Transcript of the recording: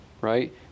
right